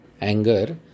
Anger